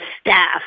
staff